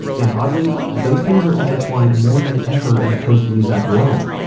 and oddly, those things are entwined more than ever in a post-muzak world.